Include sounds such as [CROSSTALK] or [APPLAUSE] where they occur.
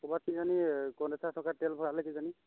ক'ৰবাত কিজানি [UNINTELLIGIBLE] তেল ভৰালে কিজানি